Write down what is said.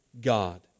God